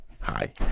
hi